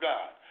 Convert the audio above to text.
God